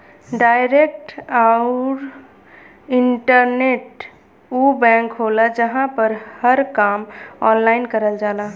direct आउर internet उ bank होला जहां पर हर काम ऑनलाइन करल जाला